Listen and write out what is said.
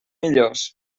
millors